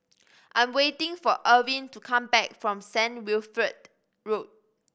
I'm waiting for Irving to come back from Saint Wilfred Road